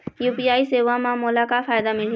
UPI सेवा म मोला का फायदा मिलही?